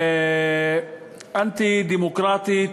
אנטי-דמוקרטית,